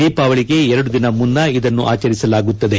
ದೀಪಾವಳಿಗೆ ಎರಡು ದಿನ ಮುನ್ನ ಇದನ್ನು ಆಚರಿಸಲಾಗುತ್ತದೆ